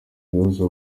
guhuza